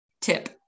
tip